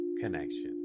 connection